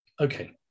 Okay